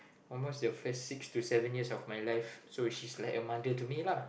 almost the first six to seven years of my life so she's like a mother to me lah